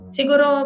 siguro